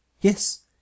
Yes